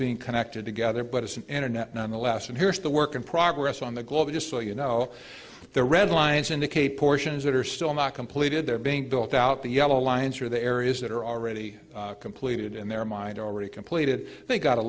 being connected together but it's an internet nonetheless and here's the work in progress on the globe just so you know the red lines indicate portions that are still not completed they're being built out the yellow lines are the areas that are already completed in their mind already completed they've got a